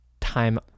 time